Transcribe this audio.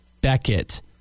Beckett